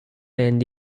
and